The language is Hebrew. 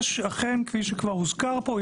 כפי שכבר הוזכר פה,